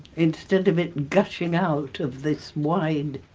instead of it gushing out of this wide